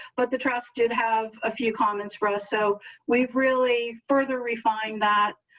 but the trust did have a few comments for us. so we've really further refine that.